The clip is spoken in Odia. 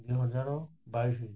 ଦୁଇ ହଜାର ବାଇଶ